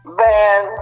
van